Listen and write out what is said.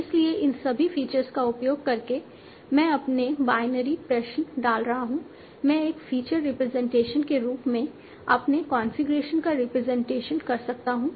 इसलिए इन सभी फीचर्स का उपयोग करके मैं अपने बायनरी प्रश्न डाल रहा हूं मैं एक फीचर रिप्रेजेंटेशन के रूप में अपने कॉन्फ़िगरेशन का रिप्रेजेंटेशन कर सकता हूं